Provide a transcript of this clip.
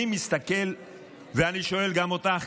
אני מסתכל ואני שואל גם אותך,